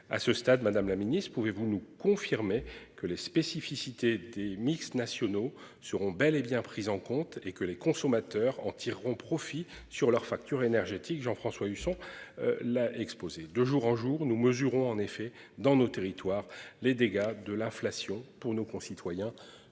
À ce stade, madame la Ministre, pouvez-vous nous confirmer que les spécificités des mix nationaux seront bel et bien pris en compte et que les consommateurs en tireront profit sur leur facture énergétique Jean-François Husson. La. De jour en jour nous mesurons en effet dans nos territoires les dégâts de l'inflation pour nos concitoyens.